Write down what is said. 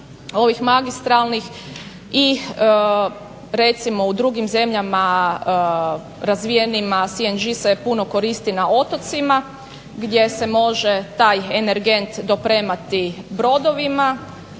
I recimo u drugim zemljama razvijenima CNG se puno koristi na otocima gdje se može taj energent dopremati brodovima,